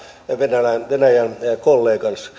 venäjän venäjän